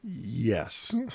yes